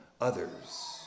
others